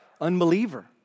unbeliever